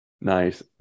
Nice